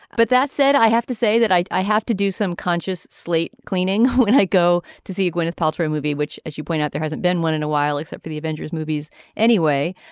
but that said i have to say that i i have to do some conscious slate cleaning and i go to see gwyneth paltrow movie which as you point out there hasn't been one in a while except for the avengers movies anyway.